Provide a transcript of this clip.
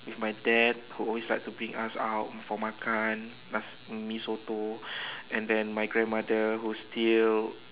with my dad who always like to bring us out for makan nas~ uh Mee-Soto and then my grandmother who's still